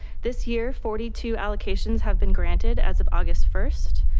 this year forty two allocations have been granted as of august first,